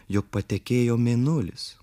jog patekėjo mėnulis